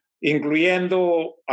Incluyendo